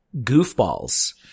goofballs